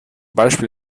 beispiel